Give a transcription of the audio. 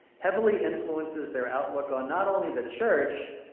heavily influences their outlook on not only their church,